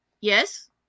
yes